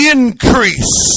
Increase